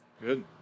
Good